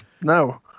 no